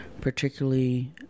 particularly